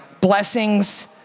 Blessings